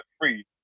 free